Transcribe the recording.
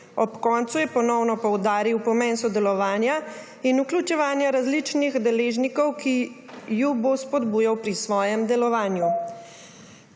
Ob koncu je ponovno poudaril pomen sodelovanja in vključevanja različnih deležnikov, ki ju bo spodbujal pri svojem delovanju.